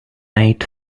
eight